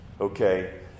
Okay